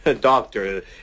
doctor